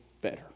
better